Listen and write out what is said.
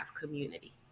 community